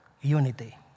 Unity